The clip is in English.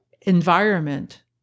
environment